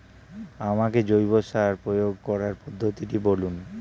আমাকে জৈব সার প্রয়োগ করার পদ্ধতিটি বলুন?